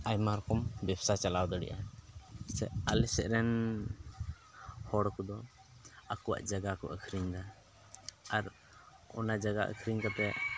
ᱟᱭᱢᱟ ᱨᱚᱠᱚᱢ ᱵᱮᱵᱽᱥᱟ ᱪᱟᱞᱟᱣ ᱫᱟᱲᱮᱭᱟᱜᱼᱟ ᱥᱮ ᱟᱞᱮ ᱥᱮᱫ ᱨᱮᱱ ᱦᱚᱲ ᱠᱚᱫᱚ ᱟᱠᱚᱣᱟᱜ ᱡᱟᱭᱜᱟ ᱠᱚ ᱟᱹᱠᱷᱨᱤᱧᱫᱟ ᱟᱨ ᱚᱱᱟ ᱡᱟᱭᱜᱟ ᱟᱹᱠᱷᱨᱤᱧ ᱠᱟᱛᱮᱫ